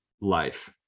life